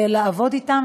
לעבוד אתם.